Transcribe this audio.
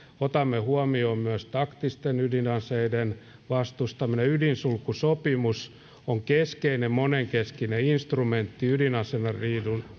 otamme huomioon myös taktisten ydinaseiden vastustamisen ydinsulkusopimus on keskeinen monenkeskinen instrumentti ydinaseriisunnan